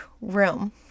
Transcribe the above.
room